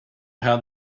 how